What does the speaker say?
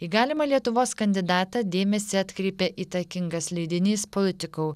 į galimą lietuvos kandidatą dėmesį atkreipė įtakingas leidinys politikal